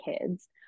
kids